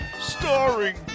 starring